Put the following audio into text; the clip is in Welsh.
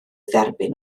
dderbyn